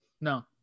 No